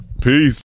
Peace